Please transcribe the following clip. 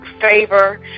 favor